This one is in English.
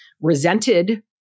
resented